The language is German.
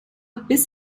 bis